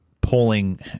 polling